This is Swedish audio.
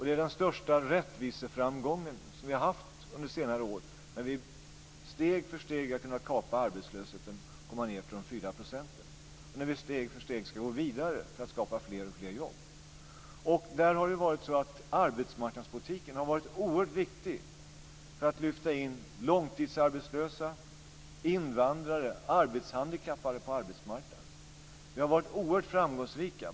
Det är den största rättviseframgång som vi har haft under senare år när vi steg för steg har kunnat kapa arbetslösheten och komma ned till de fyra procenten och när vi steg för steg ska gå vidare för att skapa fler jobb. Arbetsmarknadspolitiken har varit oerhört viktig för att lyfta in långtidsarbetslösa, invandrare och arbetshandikappade på arbetsmarknaden. Vi har varit oerhört framgångsrika.